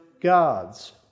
gods